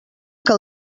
que